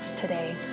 today